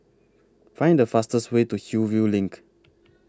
Find The fastest Way to Hillview LINK